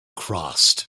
crossed